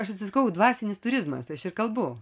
aš atsisakau dvasinis turizmas tai aš ir kalbu